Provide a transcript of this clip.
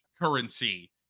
currency